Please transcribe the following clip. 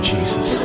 Jesus